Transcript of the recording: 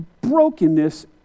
brokenness